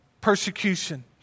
persecution